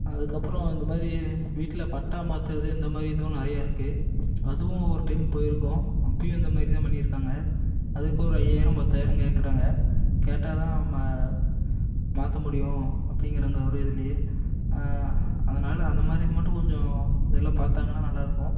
அதுக்கப்புறம் இந்தமாதிரி வீட்டில் பட்டா மாற்றுறது இந்தமாதிரி இதுவும் நிறையா இருக்குது ஒரு டைம் போயிருக்கோம் அந்தமாரி தான் பண்ணியிருக்காங்க அதுக்கொரு ஐயாயிரம் பத்தாயிரம் கேட்குறாங்க கேட்டால்தான் மாற்ற முடியும் அப்படிங்குறாங்க ஒரு இதுலேயே அதனால் அந்தமாதிரி இது மட்டும் கொஞ்சம் எல்லாம் பார்த்தாங்கனா நல்லாயிருக்கும்